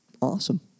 Awesome